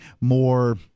more